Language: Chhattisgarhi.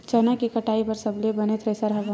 चना के कटाई बर सबले बने थ्रेसर हवय?